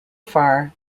far